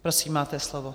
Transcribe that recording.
Prosím, máte slovo.